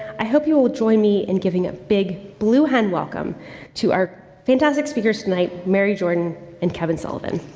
i hope you will join me in giving a big blue hen welcome to our fantastic speakers tonight, mary jordan and kevin sullivan.